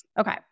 Okay